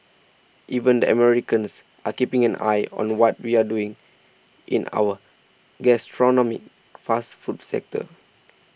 even the Americans are keeping an eye on what we're doing in our gastronomic fast food sector